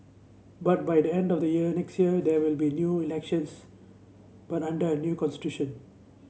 but by the end of the year next year there will be new elections but under a new constitution